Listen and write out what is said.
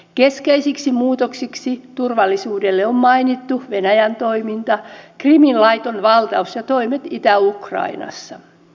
keskeisiksi muutoksiksi turvallisuudessa on mainittu venäjän toiminta krimin laiton valtaus ja toimet itä ukrainassa